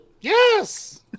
Yes